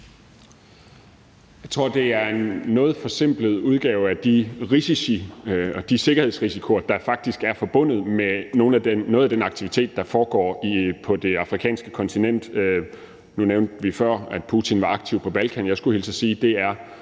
Jeg tror, det er en noget forsimplet udgave af de risici og den sikkerhedsrisiko, der faktisk er forbundet med noget af den aktivitet, der foregår på det afrikanske kontinent. Nu nævnte vi før, at Putin var aktiv på Balkan – jeg skulle hilse at sige, at det er